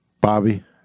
Bobby